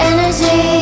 Energy